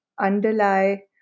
underlie